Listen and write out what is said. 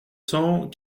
cent